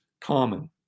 common